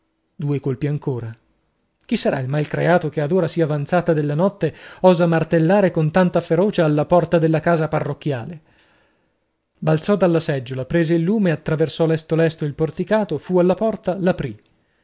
due colpi ancora chi sarà il malcreato che ad ora sì avanzata della notto osa martellare con tanta ferocia la porta della casa parrocchiale balzò dalla seggiola prese il lume attraversò lesto lesto il porticato fu alla porta